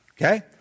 okay